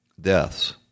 deaths